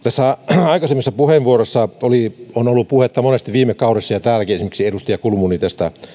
aikaisemmissa puheenvuoroissa on ollut puhetta monesti viime kaudesta ja täälläkin esimerkiksi edustaja kulmuni tästä